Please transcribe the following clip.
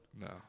No